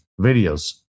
videos